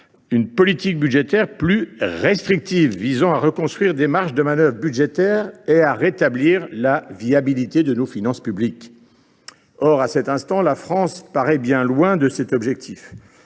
d’une politique budgétaire plus restrictive visant à reconstruire des marges de manœuvre budgétaires et à rétablir la viabilité de nos finances publiques. Or la France semble bien loin de cet objectif.